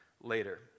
later